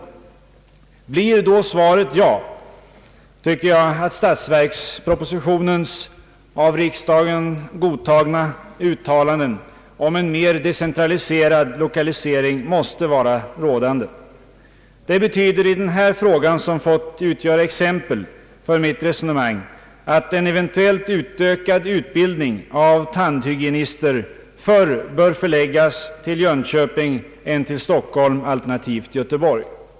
Blir då svaret ja tycker jag att statsverkspropositionens av riksdagen godtagna uttalanden om en mer decentraliserad lokalisering måste vara rådande. Det betyder i denna fråga, som fått utgöra exempel för mitt resonemang, att en eventuellt ökad utbildning av tandhygienister förr bör förläggas till Jönköping än till Stockholm alternativt Göteborg.